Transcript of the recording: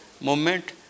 movement